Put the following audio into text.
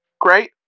great